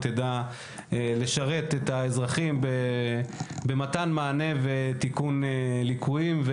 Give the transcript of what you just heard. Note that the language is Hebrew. תדע לשרת את האזרחים במתן מענה ותיקון ליקויים.